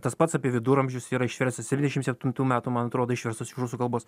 tas pats apie viduramžius yra išverstas septyniasšim septintų metų man atrodo išverstas iš rusų kalbos